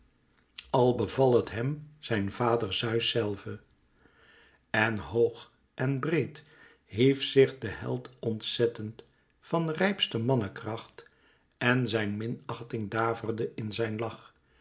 al beval het hem zijn vader zeus zèlve en hoog en breed hief zich de held ontzettend van rijpste mannekracht en zijn minachting daverde in zijn lach